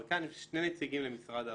אבל כאן יש שני נציגים למשרד האוצר,